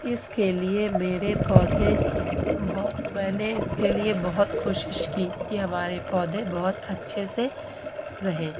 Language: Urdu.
اس کے لیے میرے پودے میں نے اس کے لیے بہت کوشش کی کہ ہمارے پودے بہت اچھے سے رہیں